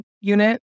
unit